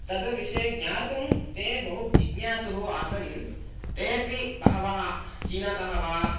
तद् विषये ज्ञातुं ते बहु जिज्ञासुः आसन् तेऽपि बहवः चीनातः वा